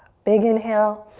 big inhale.